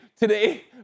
Today